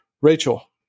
Rachel